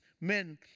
men